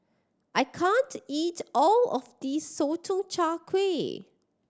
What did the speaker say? I can't eat all of this Sotong Char Kway